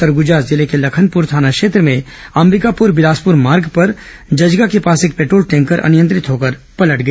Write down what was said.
सरगुजा जिले के लखनपुर थाना क्षेत्र में अंबिकापुर बिलासपुर मार्ग पर जजगा के पास एक पेट्रोल टैंकर अनियंत्रित होकर पलट गया